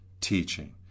teaching